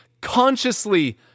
consciously